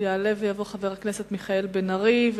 יעלה ויבוא חבר הכנסת מיכאל בן-ארי,